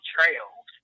Trails